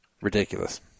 Ridiculous